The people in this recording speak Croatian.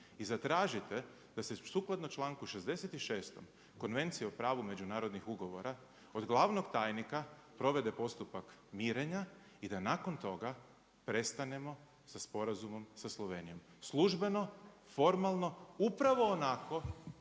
i zatražite da se sukladno članku 66. Konvencije o pravu međunarodnih ugovora od glavnog tajnika provede postupak mirenja i da nakon toga prestanemo sa sporazumom sa Slovenijom službeno, formalno upravo onako